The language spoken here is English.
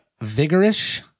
vigorous